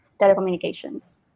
telecommunications